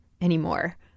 anymore